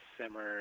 simmer